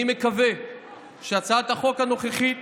אני מקווה שהצעת החוק הנוכחית